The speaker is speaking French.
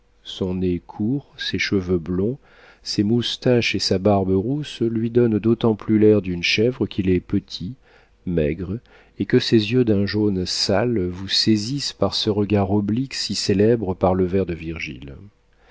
son nez court ses cheveux blonds ses moustaches et sa barbe rousses lui donnent d'autant plus l'air d'une chèvre qu'il est petit maigre et que ses yeux d'un jaune sale vous saisissent par ce regard oblique si célèbre par le vers de virgile